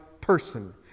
person